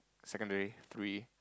secondary three